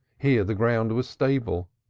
here the ground was stable,